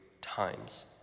times